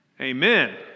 Amen